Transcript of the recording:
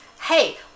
hey